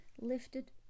lifted